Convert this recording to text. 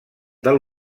del